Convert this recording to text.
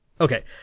Okay